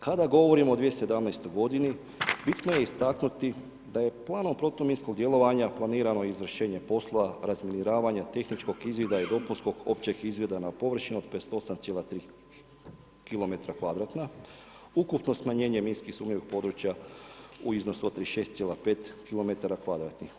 Kada govorimo o 20017. g. bitno je istaknuti da je planom protuminskog djelovanja planirano izvršenje poslova razminiravanja, tehničkog izvida i dopunskog općeg izvida na površinu od 58,3 kilometra kvadratna, ukupno smanjenje minski sumnjivih područja u iznosu od 36,5 kilometara kvadratnih.